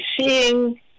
seeing